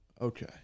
Okay